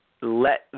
let